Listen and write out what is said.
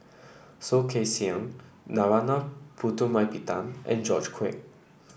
Soh Kay Siang Narana Putumaippittan and George Quek